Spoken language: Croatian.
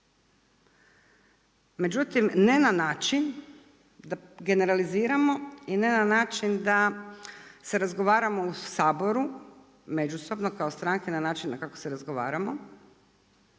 Međutim, ne na način da generaliziramo i ne način da se razgovaramo u Saboru međusobno kao stranke na način kako se razgovaramo.